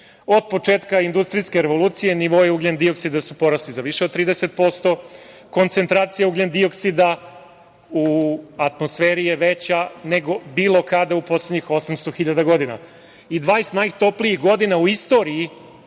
Od početka industrijske revolucije nivoi ugljen-dioksida su porasli za više od 30%, koncentracija ugljen-dioksida u atmosferi je veća nego bilo kada u poslednjih 800.000 godina i 20 najtoplijih godina u istoriji